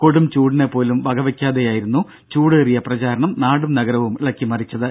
കൊടും ചൂടിനെ പോലും വകവെക്കാതെയായിരുന്നു ചൂടേറിയ പ്രചാരണം നാടും നഗരവും ഇളക്കി മറിച്ചത്